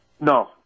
No